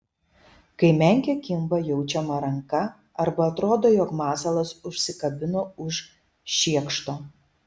kai menkė kimba jaučiama ranka arba atrodo jog masalas užsikabino už šiekšto